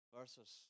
Versus